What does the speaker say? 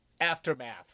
Aftermath